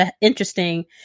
interesting